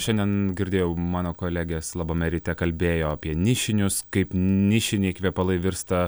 šiandien girdėjau mano kolegės labame ryte kalbėjo apie nišinius kaip nišiniai kvepalai virsta